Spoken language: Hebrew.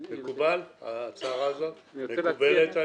לא תהיינה